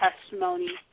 testimony